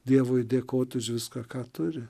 dievui dėkoti už viską ką turi